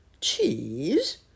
Cheese